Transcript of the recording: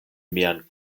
mian